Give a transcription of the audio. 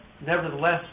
nevertheless